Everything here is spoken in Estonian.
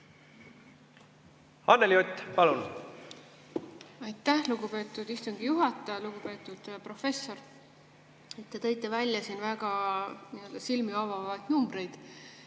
Anneli Ott, palun! Aitäh, lugupeetud istungi juhataja! Lugupeetud professor! Te tõite välja siin väga silmi avavaid numbreid.